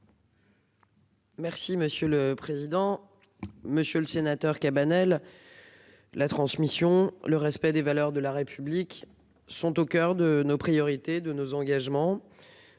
Merci monsieur le président. Monsieur le Sénateur Cabanel. La transmission, le respect des valeurs de la République sont au coeur de nos priorités de nos engagements.